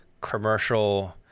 commercial